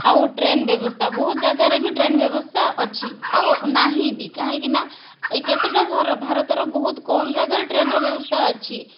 ଆଉ ଟ୍ରେନ ବ୍ୟବସ୍ଥା ବହୁତ ଜାଗାରେ ବି ଟ୍ରେନ ବ୍ୟବସ୍ଥା ଅଛି ଆଉ ନାହିଁ ବି କାହିଁକି ନା ଏଇ କେତେଟା ସହର ଭାରତର ବହୁତ କମ୍ ଜାଗାରେ ଟ୍ରେନର ବ୍ୟବସ୍ଥା ଅଛି